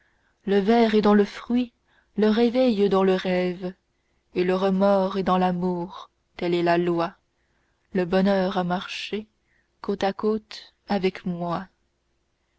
le ver est dans le fruit le réveil dans le rêve et le remords est dans l'amour telle est la loi le bonheur a marché côte à côte avec moi